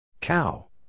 Cow